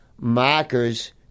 markers